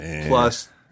plus